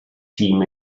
team